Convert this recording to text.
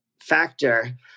Factor